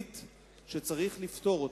שצריך לפתור אותה,